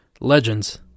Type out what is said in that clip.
Legends